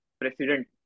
president